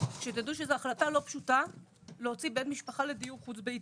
שתדעו שזו החלטה לא פשוטה להוציא בן משפחה לדיור חוץ ביתי.